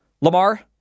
Lamar